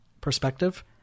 perspective